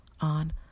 on